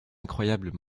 incroyable